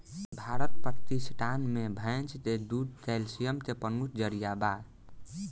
भारत पकिस्तान मे भैंस के दूध कैल्सिअम के प्रमुख जरिआ बा